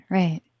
right